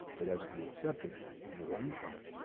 it has to be accepted and we learn from it,